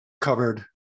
covered